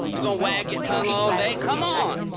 you gonna wag your tongue all day? come on.